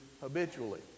habitually